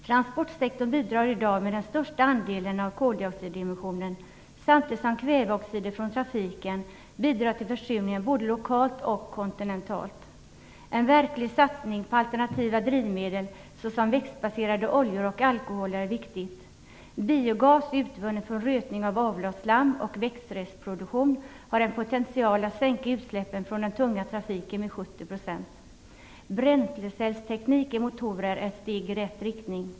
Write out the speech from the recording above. Transportsektorn bidrar i dag med den största andelen av koldioxidemissionen, samtidigt som kväveoxider från trafiken bidrar till försurningen, både lokalt och kontinentalt. En verklig satsning på alternativa drivmedel såsom växtbaserade oljor och alkoholer är viktigt. Biogas utvunnen från rötning av avloppsslam och växtrestproduktion har en potential att sänka utsläppen från den tunga trafiken med 70 %. Bränslecellsteknik i motorer är ett steg i rätt riktning.